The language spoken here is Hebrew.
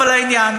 אבל לעניין,